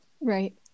Right